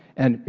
and you